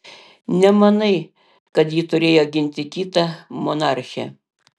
nemanai kad ji turėjo ginti kitą monarchę